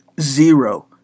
Zero